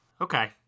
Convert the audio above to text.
Okay